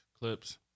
clips